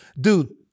dude